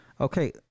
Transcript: Okay